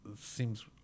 seems